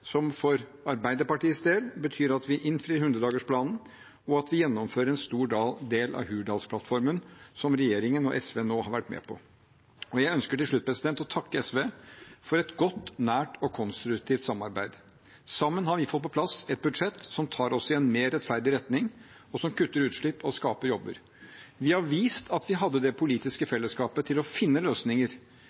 som for Arbeiderpartiets del betyr at vi innfrir 100-dagersplanen, og at vi gjennomfører en stor del av Hurdalsplattformen, som regjeringen og SV nå har vært med på. Jeg ønsker til slutt å takke SV for et godt, nært og konstruktivt samarbeid. Sammen har vi fått på plass et budsjett som tar oss i en mer rettferdig retning, og som kutter utslipp og skaper jobber. Vi har vist at vi hadde det politiske fellesskapet til å finne løsninger.